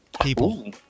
People